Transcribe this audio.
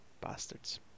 Bastards